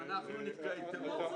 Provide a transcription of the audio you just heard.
גם אנחנו נפגעי טרור.